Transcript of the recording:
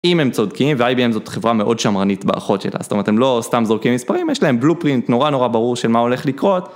אם הם צודקים, ו-IMB זאת חברה מאוד שמרנית באחות שלה, זאת אומרת, הם לא סתם זורקים מספרים, יש להם בלופרינט נורא נורא ברור של מה הולך לקרות.